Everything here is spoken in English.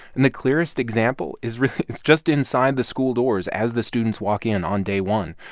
and the clearest example is really is just inside the school doors as the students walk in on day one.